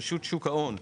והוא רשות שוק ההון.